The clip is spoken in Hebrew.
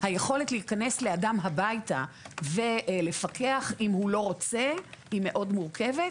היכולת להיכנס לאדם הביתה ולפקח אם הוא לא רוצה היא מאוד מורכבת.